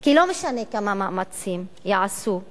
כי לא משנה כמה מאמצים יעשו להשתיק.